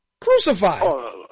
Crucified